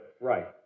Right